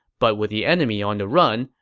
but with the enemy on the run,